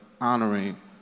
honoring